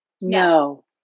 no